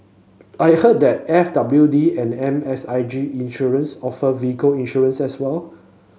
I heard that F W D and M S I G Insurance offer vehicle insurance as well